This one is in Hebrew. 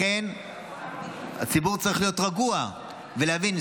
לכן הציבור צריך להיות רגוע ולהבין,